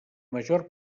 major